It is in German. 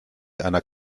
einer